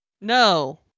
No